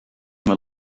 from